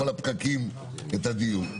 כל הפקקים שמעתי את הדיון,